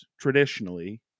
traditionally